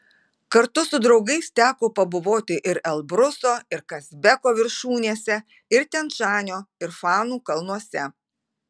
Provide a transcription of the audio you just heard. kartu su draugais teko pabuvoti ir elbruso ir kazbeko viršūnėse ir tian šanio ir fanų kalnuose